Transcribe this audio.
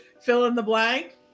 fill-in-the-blank